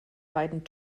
beiden